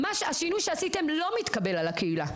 השינוי שעשיתם לא מתקבל על הקהילה,